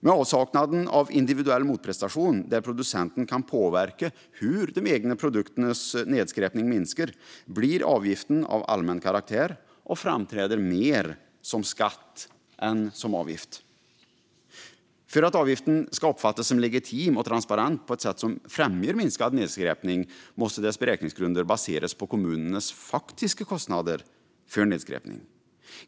Med avsaknaden av individuell motprestation, där producenten kan påverka hur de egna produkternas nedskräpning minskar, blir avgiften av allmän karaktär och framträder mer som skatt än som avgift. För att avgiften ska uppfattas som legitim och transparent på ett sätt som främjar minskad nedskräpning måste dess beräkningsgrunder baseras på kommunernas faktiska kostnader för nedskräpning.